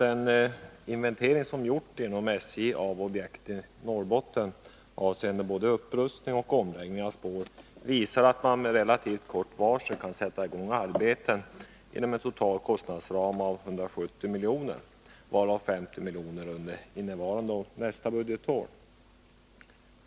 Den inventering som gjorts inom SJ av objekt i Norrbotten avseende både upprustning och omläggning av spår visar att man med relativt kort varsel kan sätta i gång arbeten inom en total kostnadsram av 170 milj.kr., varav 50 milj.kr. under innevarande och nästa budgetår.